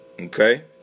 Okay